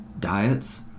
diets